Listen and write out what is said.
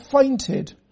fainted